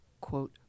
quote